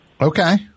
Okay